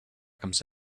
comes